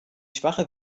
schwache